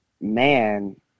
Man